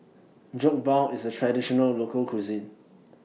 Jokbal IS A Traditional Local Cuisine